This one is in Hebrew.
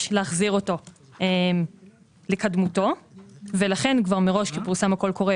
להחזיר אותו לקדמותו ולכן כבר מראש כשפורסם הקול קורא